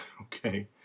Okay